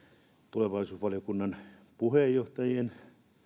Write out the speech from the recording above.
tulevaisuusvaliokunnan puheenjohtajien